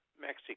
Mexico